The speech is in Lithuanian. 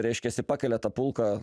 reiškiasi pakelia tą pulką